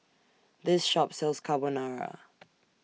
This Shop sells Carbonara